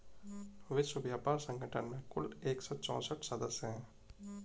विश्व व्यापार संगठन में कुल एक सौ चौसठ सदस्य हैं